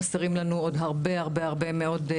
חסרים לנו עוד הרבה מאוד שוטרים.